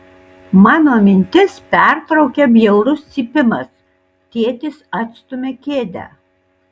mano mintis pertraukia bjaurus cypimas tėtis atstumia kėdę